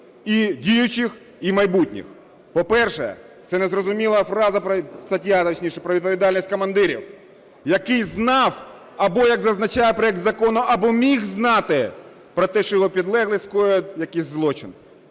і діючих, і майбутніх. По-перше, це незрозуміла фраза, стаття, точніше, про відповідальність командира, який знав або, як зазначає проект закону, або міг знати про те, що його підлеглий скоїв якісь злочин.